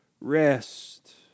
rest